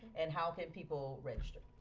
and how can people register?